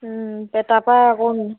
ওম তাৰপৰা আকৌ